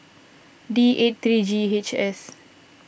D eight three G H S